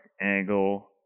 angle